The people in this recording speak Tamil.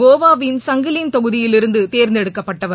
கோவாவின் சங்கிலின் தொகுதியிலிருந்து தேர்ந்தெடுக்கப்பட்டவர்